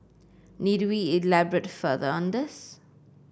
need we elaborate further on this